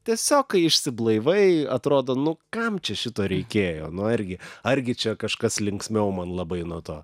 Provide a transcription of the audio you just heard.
tiesiog kai išsiblaivai atrodo nu kam čia šito reikėjo nu argi argi čia kažkas linksmiau man labai nuo to